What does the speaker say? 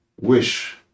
wish